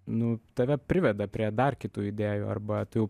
nu tave priveda prie dar kitų idėjų arba tu jau